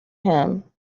him